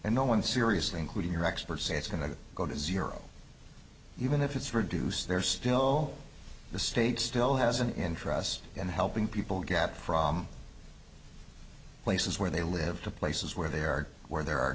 and no one seriously including your experts say it's going to go to zero even if it's produce there's still the state still has an interest in helping people gap from places where they live to places where they are where there are